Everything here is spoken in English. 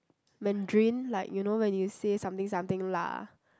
Mandarin like you know when you say something something lah